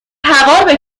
هوار